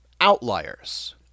outliers